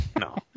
No